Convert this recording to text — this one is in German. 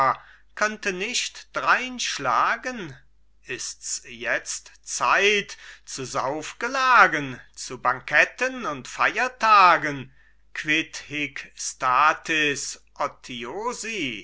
könnte nicht dreinschlagen ists jetzt zeit zu saufgelagen zu banketten und feiertagen quid hic